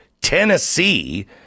Tennessee